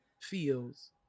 feels